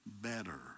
better